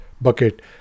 bucket